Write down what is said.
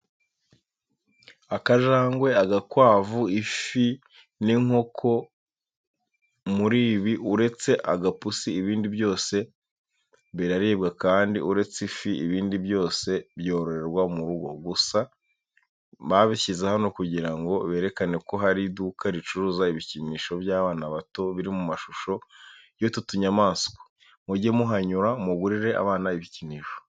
Akajangwe, agakwavu, ifi, n'inkoko muri ibi uretse agapusi ibindi byose biraribwa kandi uretse ifi, ibindi byose byororerwa mu rugo. Gusa babishyize hano kugira ngo berekane ko hari iduka ricuruza ibikinisho by'abana bato biri mu mashusho y'utu tunyamaswa mujye muhanyura mugurire abana ibikinisho.